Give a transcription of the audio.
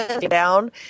down